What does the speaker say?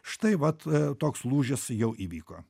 štai vat a toks lūžis jau įvyko